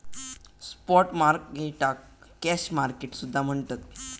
spot मार्केटाक cash market सुद्धा म्हणतत